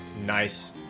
nice